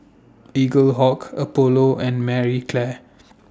Eaglehawk Apollo and Marie Claire